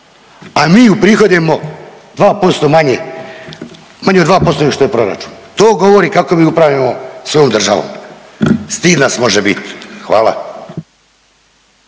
a mi uprihodujemo 2% manje, manje od 2% nego što je proračun. To govori kako mi upravljamo svojom državom. Stid nas može bit. Hvala.